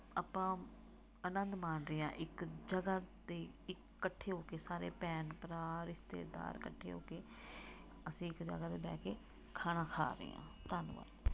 ਆਪਾਂ ਆਨੰਦ ਮਾਣ ਰਹੇ ਹਾਂ ਇੱਕ ਜਗ੍ਹਾ 'ਤੇ ਇਕੱਠੇ ਹੋ ਕੇ ਸਾਰੇ ਭੈਣ ਭਰਾ ਰਿਸ਼ਤੇਦਾਰ ਇਕੱਠੇ ਹੋ ਕੇ ਅਸੀਂ ਇੱਕ ਜਗ੍ਹਾ 'ਤੇ ਬਹਿ ਕੇ ਖਾਣਾ ਖਾ ਰਹੇ ਹਾਂ ਧੰਨਵਾਦ